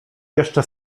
jeszcze